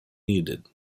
needed